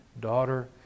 daughter